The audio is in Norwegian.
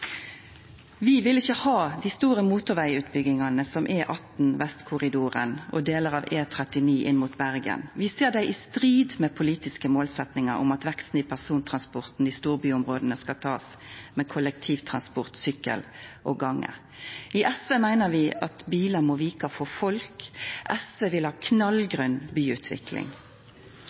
Vi vil ikkje ha dei store motorvegutbyggingane som E18, Vestkorridoren og delar av E39 inn mot Bergen. Vi ser det i strid med politiske målsetjingar om at veksten i persontransporten i storbyområda skal takast med kollektivtransport, sykkel og gange. I SV meiner vi at bilar må vika for folk. SV vil ha ei knallgrøn byutvikling.